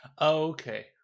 Okay